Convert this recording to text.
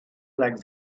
like